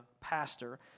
pastor